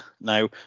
Now